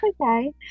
okay